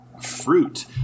fruit